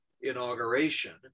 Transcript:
inauguration